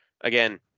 again